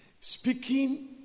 Speaking